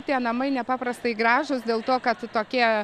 tie namai nepaprastai gražūs dėl to kad tokie